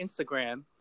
Instagram